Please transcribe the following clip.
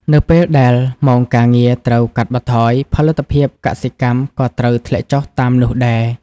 នៅពេលដែលម៉ោងការងារត្រូវកាត់បន្ថយ ផលិតភាពកសិកម្មក៏ត្រូវធ្លាក់ចុះតាមនោះដែរ។